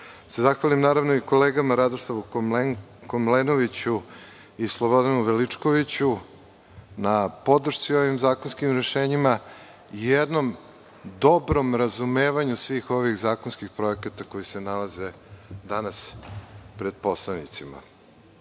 se zahvalim kolegama Radoslavu Komlenoviću i Slobodanu Veličkoviću na podršci ovim zakonskim rešenjima i jednom dobrom razumevanju svih ovih zakonskih projekata koji se nalaze danas pred poslanicima. Kada